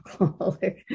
alcoholic